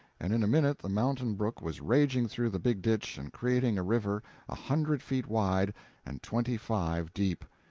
and in a minute the mountain brook was raging through the big ditch and creating a river a hundred feet wide and twenty-five deep.